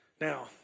Now